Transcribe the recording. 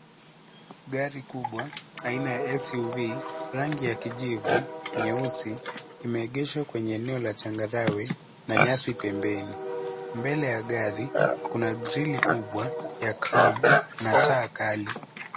Gari kubwa aina ya SUV rangi ya kijivu nyeusi imeegeeshwa kwenye eneo la changarawe na nyasi pembeni. Mbele ya gari kuna grill kubwa ya chrome na taa kali.